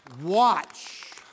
Watch